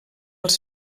els